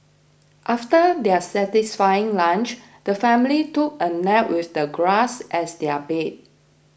after their satisfying lunch the family took a nap with the grass as their bed